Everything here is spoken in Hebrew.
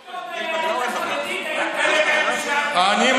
שר הביטחון הכי טוב ליהדות החרדית היית אתה,